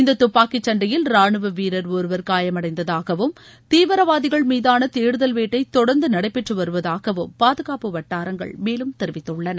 இந்த துப்பாக்கிச் சண்டையில் ரானுவ வீரர் ஒருவர் காயமடைந்ததாகவும் தீவிரவாதிகள் மீதான தேடுதல் வேட்டை தொடர்ந்து நடைபெற்று வருவதாகவும் பாதுகாப்பு வட்டாரங்கள் மேலும் தெரிவித்துள்ளன